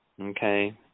Okay